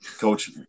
Coach